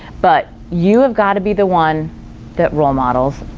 but you have got to be the one that role models.